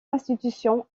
institutions